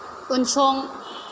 उनसं